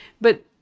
But-